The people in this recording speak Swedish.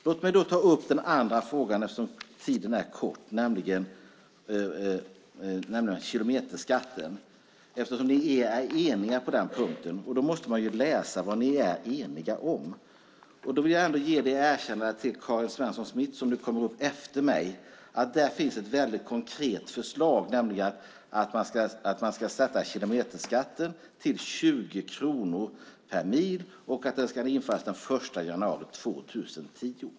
Låt mig ta upp den andra frågan, nämligen kilometerskatten, eftersom ni är eniga på den punkten. Då måste man läsa vad ni är eniga om. Jag vill ge det erkännandet till Karin Svensson Smith, som ska tala efter mig, att det finns ett väldigt konkret förslag, nämligen att man ska sätta kilometerskatten till 20 kronor per mil och att den ska införas den 1 januari 2010.